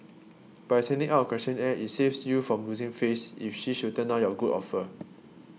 by sending out a questionnaire it saves you from losing face if she should turn down your good offer